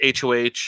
HOH